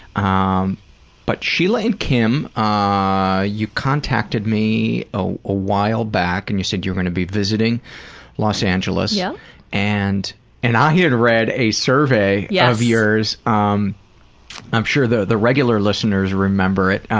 um but sheila and kim, ah, you contacted me ah a while back, and you said you were going to be visiting los angeles. yeah and and i had read a survey yeah of yours, um i'm sure the the regular listeners remember it.